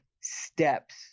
steps